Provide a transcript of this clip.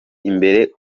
imbere